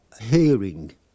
hearing